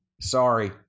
Sorry